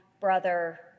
brother